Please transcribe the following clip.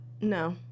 No